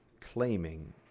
claiming